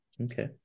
Okay